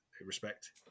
respect